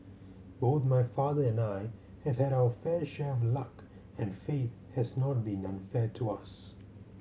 both my father and I have had our fair share of luck and fate has not been unfair to us